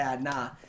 Nah